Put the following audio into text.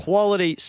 quality